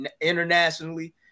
internationally